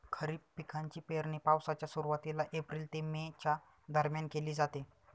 खरीप पिकांची पेरणी पावसाच्या सुरुवातीला एप्रिल ते मे च्या दरम्यान केली जाते